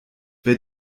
wer